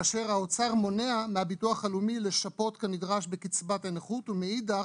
האוצר מונע מהביטוח הלאומי לשפות כנדרש בקצבת הנכות ומאידך,